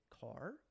car